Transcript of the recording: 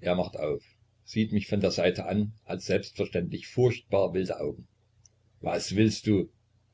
er macht auf sieht mich von der seite an hat selbstverständlich furchtbar wilde augen was willst du